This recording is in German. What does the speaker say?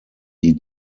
die